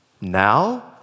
Now